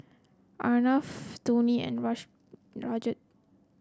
Arnab Dhoni and Rajat